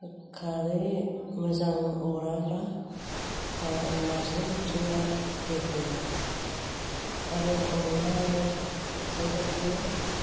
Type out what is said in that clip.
खारै मोजां अराब्ला नारजि ओंख्रिया गेब्लेया आरो अनद्लायाबो बेबायदिनो